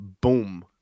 Boom